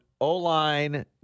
O-line